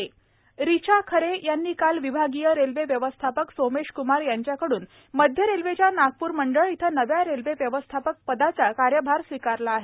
रिचा खरे रिचा खरे यांनी काल विभागीय रेल्वे व्यवस्थापक सोमेश कुमार यांच्याकडून मध्य रेल्वेच्या नागपूर मंडळ इथं नव्या रेल्वे व्यवस्थापक कार्यभार स्वीकारला आहे